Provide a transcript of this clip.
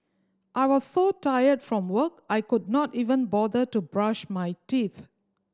I was so tired from work I could not even bother to brush my teeth